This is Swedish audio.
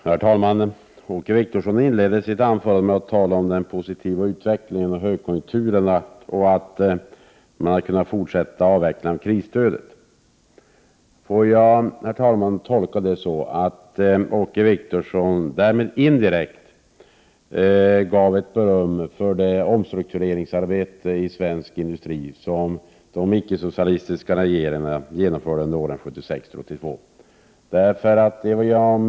Herr talman! Åke Wictorsson inledde sitt anförande med att tala om den positiva utvecklingen och högkonjunkturen samt att man hade kunnat fortsätta med att avveckla krisstödet. Kan jag, herr talman, tolka det så, att Åke Wictorsson därmed indirekt gav ett beröm för det omstruktureringsarbete inom svensk industri som de icke-socialistiska regeringarna genomförde under åren 1976-1982?